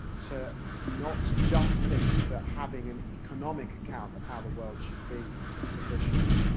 to not just think that having an economic account of how the world should be is sufficient.